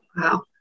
Wow